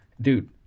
dude